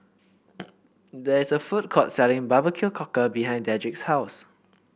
there is a food court selling Barbecue Cockle behind Dedric's house